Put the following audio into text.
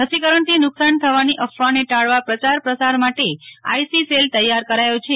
રસીકરણથી નુકસાન થવાની અફવાને ટાળવા પ્રચાર પસાર માટે આઈસી સેલ તૈયાર કરાયો છે